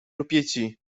rupieci